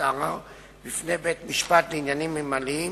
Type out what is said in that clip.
הערר בפני בית-משפט לעניינים מינהליים,